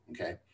Okay